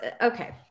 okay